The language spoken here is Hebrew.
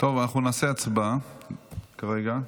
נעבור להצבעה כרגע.